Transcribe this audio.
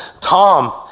Tom